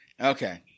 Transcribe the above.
Okay